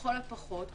לכל הפחות,